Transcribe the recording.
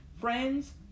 friends